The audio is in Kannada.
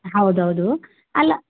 ಹೌದು ಹೌದು ಅಲ್ಲ